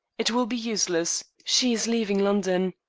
it will be useless. she is leaving london,